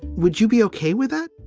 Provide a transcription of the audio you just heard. would you be ok with it?